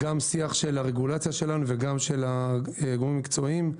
גם שיח של הרגולציה שלנו וגם של הגורמים המקצועיים.